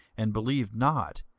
and believed not,